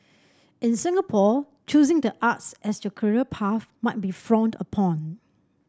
in Singapore choosing the arts as your career path might be frowned upon